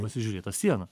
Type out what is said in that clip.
pasižiūrėt tą sieną